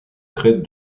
crête